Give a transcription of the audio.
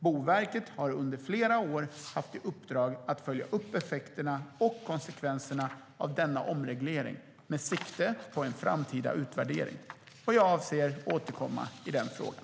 Boverket har under flera år haft i uppdrag att följa upp effekterna och konsekvenserna av denna omreglering med sikte på en framtida utvärdering. Jag avser att återkomma i den frågan.